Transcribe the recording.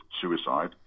suicide